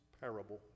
parable